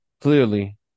clearly